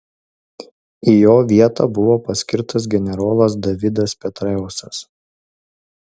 į jo vietą buvo paskirtas generolas davidas petraeusas